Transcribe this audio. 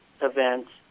events